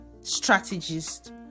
strategist